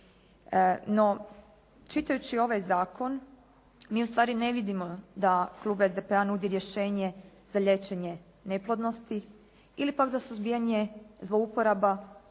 No čitajući ovaj zakon mi ustvari ne vidimo da Klub SDP-a nudi rješenje za liječenje neplodnosti ili pak za suzbijanje zlouporaba